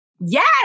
Yes